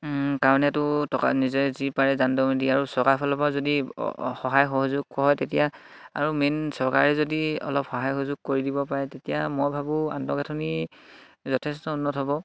কাৰণেতো টকা নিজে যি পাৰে দি আৰু চৰকাৰ ফালৰ পৰা যদি সহায় সহযোগ হয় তেতিয়া আৰু মেইন চৰকাৰে যদি অলপ সহায় সহযোগ কৰি দিব পাৰে তেতিয়া মই ভাবোঁ আন্তঃগাঁথনি যথেষ্ট উন্নত হ'ব